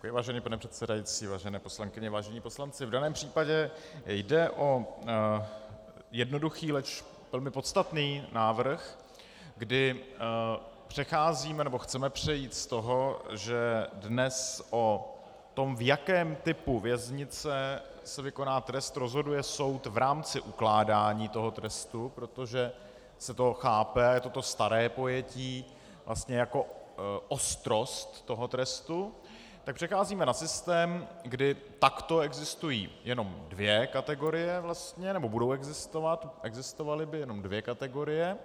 Vážený pane předsedající, vážené poslankyně, vážení poslanci, v daném případě jde o jednoduchý, leč velmi podstatný návrh, kdy přecházíme, nebo chceme přejít z toho, že dnes o tom, v jakém typu věznice se vykoná trest, rozhoduje soud v rámci ukládání toho trestu, protože se to chápe, toto staré pojetí, vlastně jako ostrost toho trestu, tak přecházíme na systém, kdy takto existují jenom dvě kategorie vlastně, nebo budou existovat, existovaly by jenom dvě kategorie.